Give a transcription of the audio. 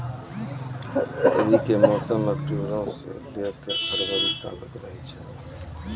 रबी के मौसम अक्टूबरो से लै के फरवरी तालुक रहै छै